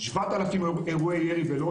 7,000 אירועי ירי בלוד,